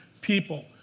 people